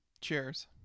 cheers